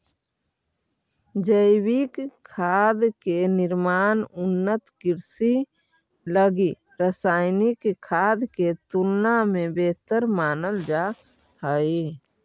जैविक खाद के निर्माण उन्नत कृषि लगी रासायनिक खाद के तुलना में बेहतर मानल जा हइ